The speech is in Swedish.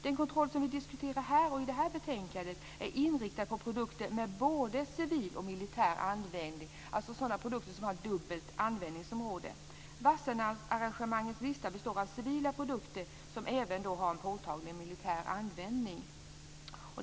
Den kontroll som vi diskuterar här och i betänkandet är inriktad på produkter med både civil och militär användning, dvs. sådana produkter som har ett dubbelt användningsområde. Wassenaararrangemangets lista består av civila produkter som även har en påtaglig militär användning.